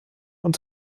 und